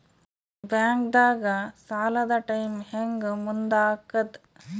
ಬ್ಯಾಂಕ್ದಾಗ ಸಾಲದ ಟೈಮ್ ಹೆಂಗ್ ಮುಂದಾಕದ್?